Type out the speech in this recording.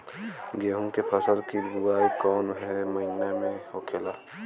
गेहूँ के फसल की बुवाई कौन हैं महीना में होखेला?